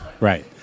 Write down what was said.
Right